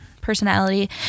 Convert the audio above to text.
personality